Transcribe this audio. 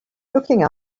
looking